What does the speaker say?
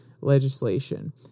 legislation